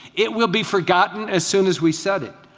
it will be forgotten as soon as we said it.